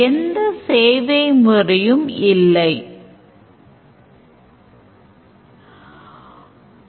நாம் Use Case diagram ல் Use Cases ன் எண்ணிக்கையைக் குறைப்பதற்கு packaging ஐப் பயன்படுத்தலாம்